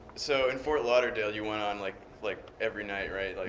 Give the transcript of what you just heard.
so in fort lauderdale, you went on, like, like every night. right?